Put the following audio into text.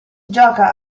gioca